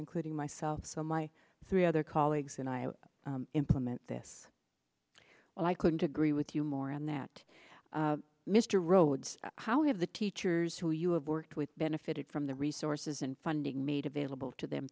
including myself so my three other colleagues and i implement this well i couldn't agree with you more on that mr rhodes how have the teachers who you have worked with benefited from the resources and funding made available to them